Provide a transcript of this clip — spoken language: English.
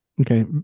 Okay